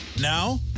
Now